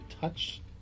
touch